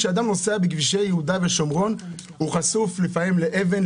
כשאדם נוסע בכבישי יהודה ושומרון הוא חשוף לפעמים לאבן,